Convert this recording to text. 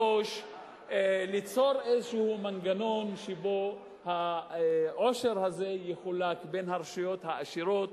ליצור מנגנון שבו העושר הזה יחולק בין הרשויות העשירות,